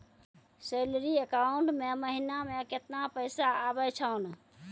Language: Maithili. सैलरी अकाउंट मे महिना मे केतना पैसा आवै छौन?